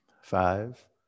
Five